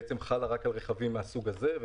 חלה רק על רכבים מהסוג הזה,